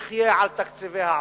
לחיות על תקציבי העברה,